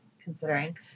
considering